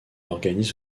organise